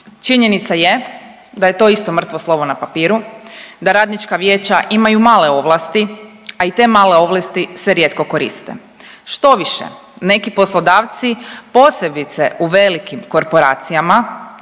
činjenica je da je to isto mrtvo slovo na papiru, da radnička vijeća imaju male ovlasti, a i te male ovlasti se rijetko koriste. Štoviše, neki poslodavci, posebice u velikim korporacijama